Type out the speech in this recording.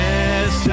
Yes